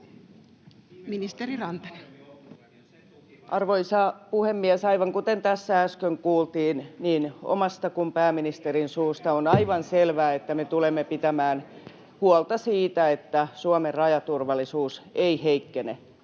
Arvoisa puhemies! Aivan kuten tässä äsken kuultiin niin omasta suustani kuin pääministerin suusta, on aivan selvä, että me tulemme pitämään huolta siitä, että Suomen rajaturvallisuus ei heikkene,